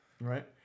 Right